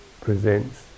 presents